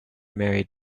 married